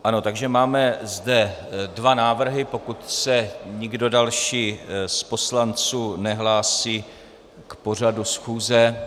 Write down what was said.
Ano, takže zde máme dva návrhy, pokud se nikdo další z poslanců nehlásí k pořadu schůze.